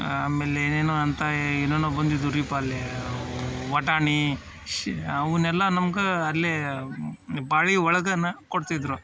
ಆಮೇಲೆ ಏನೇನೋ ಅಂತ ಏನೇನೋ ಬಂದಿದ್ವಿರಿಪ್ಪ ಅಲ್ಲಿ ಬಟಾಣಿ ಶಿ ಅವನ್ನೆಲ್ಲ ನಮ್ಗ ಅಲ್ಲೇ ಪಾಳಿ ಒಳಗೇನ ಕೊಡ್ತಿದ್ದರು